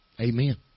Amen